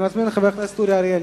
אני מזמין את חבר הכנסת אורי אריאל.